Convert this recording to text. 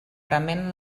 prement